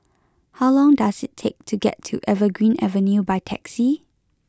how long does it take to get to Evergreen Avenue by taxi